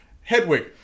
Hedwig